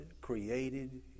created